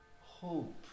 hope